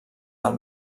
del